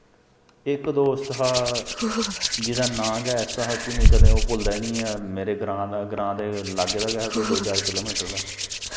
इक दोस्त हा जेह्दा नांऽ गै ऐसा हा कि मिगी कदें ओह् भुल्लदा नी ऐ मेरे ग्रांऽ दे ग्रांऽ दे लाग्गे दा गै ऐ कोई दो चार किलो मीटर दा